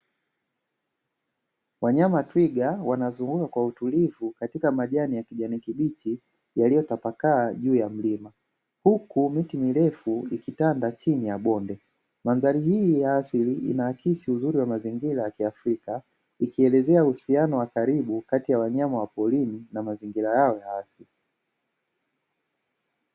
Wanyama twiga wanazurula kwa utulivu katika majani ya kijani kibichi yaliyotapakaa juu ya mlima, huku miti mirefu ikitanda chini ya bonde mandhari hii ya asili inaakisi uzuri wa mazingira ya kiafrika, ikielezea uhusiano wa karibu kati ya wanyama wa porini na mazingira yao ya asili.